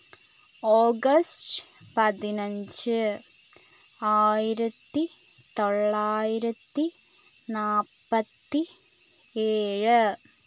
August പതിനഞ്ച് ആയിരത്തി തൊള്ളായിരത്തി നാൽപ്പത്തി ഏഴ്